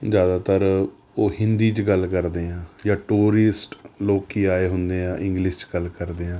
ਜ਼ਿਆਦਾਤਰ ਉਹ ਹਿੰਦੀ 'ਚ ਗੱਲ ਕਰਦੇ ਹਾਂ ਜਾਂ ਟੂਰਿਸਟ ਲੋਕ ਆਏ ਹੁੰਦੇ ਹਾਂ ਇੰਗਲਿਸ਼ 'ਚ ਗੱਲ ਕਰਦੇ ਹਾਂ